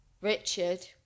Richard